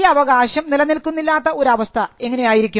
ഈ അവകാശം നിലനിൽക്കുന്നില്ലാത്ത ഒരു അവസ്ഥ എങ്ങനെയായിരിക്കും